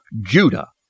Judah